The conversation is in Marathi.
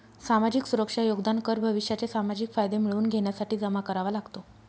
सामाजिक सुरक्षा योगदान कर भविष्याचे सामाजिक फायदे मिळवून घेण्यासाठी जमा करावा लागतो